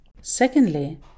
Secondly